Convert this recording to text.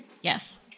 Yes